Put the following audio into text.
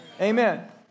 Amen